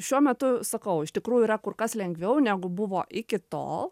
šiuo metu sakau iš tikrųjų yra kur kas lengviau negu buvo iki to